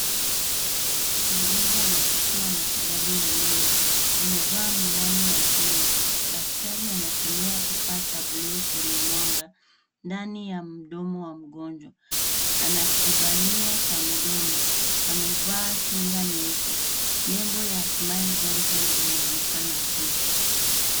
Mgonjwa anapatiwa matibabu ya meno. Amevaa miwani ya kinga. Daktari anatumia kifaa cha bluu chenye mwanga ndani ya mdomo wa mgonjwa. Ana kibanio cha mdomo. Amevaa kinga nyeupe. Nembo ya smile dental inaonekana juu.